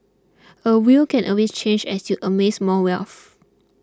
a will can always change as you amass more wealth